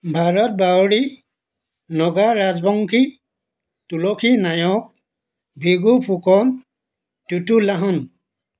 Bharat Rauri Naga Rajbongshi Tulsi Nayak Bhrigu Phukan Tutu Lahon